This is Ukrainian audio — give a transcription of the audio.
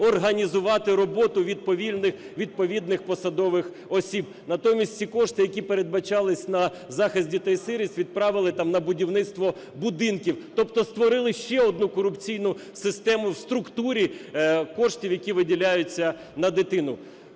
організувати роботу відповідних посадових осіб. Натомість ці кошти, які передбачалися на захист дітей-сиріт, відправили там на будівництво будинків, тобто створили ще одну корупційну систему в структурі коштів, які виділяються на дитину.